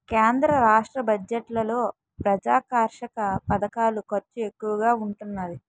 కేంద్ర రాష్ట్ర బడ్జెట్లలో ప్రజాకర్షక పధకాల ఖర్చు ఎక్కువగా ఉంటున్నాది